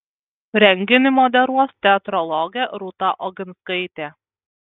renginį moderuos teatrologė rūta oginskaitė